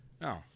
No